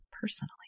personally